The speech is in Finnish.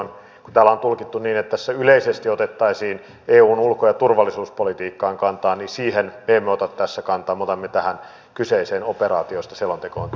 kun täällä on tulkittu niin että tässä yleisesti otettaisiin eun ulko ja turvallisuuspolitiikkaan kantaa niin siihen emme ota tässä kantaa me otamme tähän kyseiseen operaatioon josta selonteko on tehty